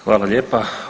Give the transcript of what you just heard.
Hvala lijepa.